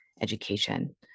education